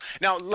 Now